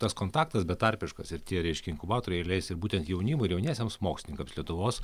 tas kontaktas betarpiškas ir tie reiškia inkubatoriai ir leis ir būtent jaunimui ir jauniesiems mokslininkams lietuvos